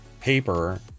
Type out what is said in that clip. paper